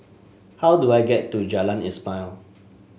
how do I get to Jalan Ismail